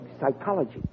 Psychology